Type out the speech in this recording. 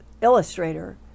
illustrator